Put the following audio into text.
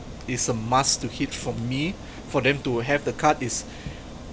is a must to hit for me for them to have the card is